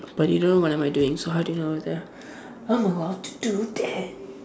but you don't know what am I doing so how do you know whether I'm about to do that